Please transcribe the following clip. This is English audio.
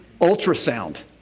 Ultrasound